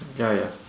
ya ya